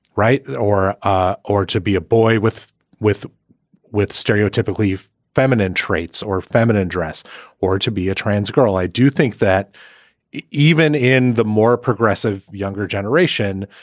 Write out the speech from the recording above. right. or ah or to be a boy with with with stereotypically feminine traits or feminine dress or to be a trans girl. i do think that even in the more progressive younger generation,